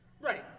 right